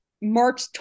march